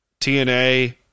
TNA